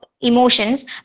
emotions